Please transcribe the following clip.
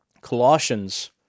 Colossians